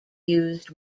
used